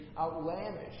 outlandish